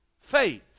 Faith